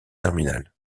terminale